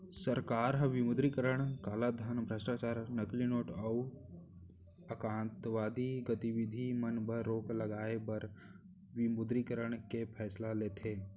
सरकार ह विमुद्रीकरन कालाधन, भस्टाचार, नकली नोट अउ आंतकवादी गतिबिधि मन म रोक लगाए बर विमुद्रीकरन के फैसला लेथे